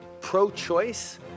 Pro-choice